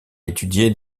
étudié